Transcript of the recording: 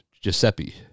Giuseppe